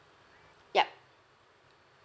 ya